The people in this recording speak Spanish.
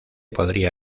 podría